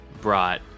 brought